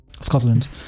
Scotland